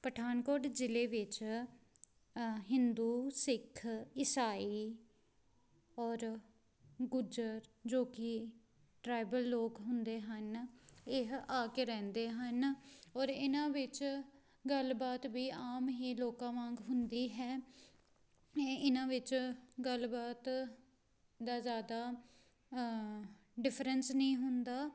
ਪਠਾਨਕੋਟ ਜ਼ਿਲ੍ਹੇ ਵਿੱਚ ਹਿੰਦੂ ਸਿੱਖ ਈਸਾਈ ਔਰ ਗੁੱਜਰ ਜੋ ਕਿ ਟਰਾਈਵਲ ਲੋਕ ਹੁੰਦੇ ਹਨ ਇਹ ਆ ਕੇ ਰਹਿੰਦੇ ਹਨ ਔਰ ਇਹਨਾਂ ਵਿੱਚ ਗੱਲਬਾਤ ਵੀ ਆਮ ਹੀ ਲੋਕਾਂ ਵਾਂਗ ਹੁੰਦੀ ਹੈ ਇਹ ਇਹਨਾਂ ਵਿੱਚ ਗੱਲਬਾਤ ਦਾ ਜ਼ਿਆਦਾ ਡਿਫਰੈਂਸ ਨਹੀਂ ਹੁੰਦਾ